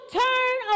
turn